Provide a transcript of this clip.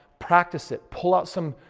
practice it. pull out some.